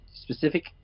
specific